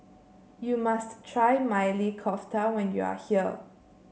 you must try Maili Kofta when you are here